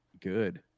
good